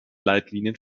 leitlinien